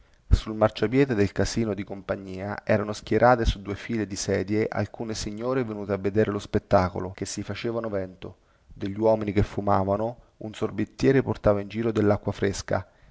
sul marciapiede del casino di compagnia erano schierate su due file di sedie alcune signore venute a vedere lo spettacolo che si facevano vento degli uomini che fumavano un sorbettiere portava in giro dellacqua fresca